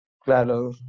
Claro